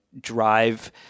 drive